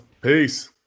peace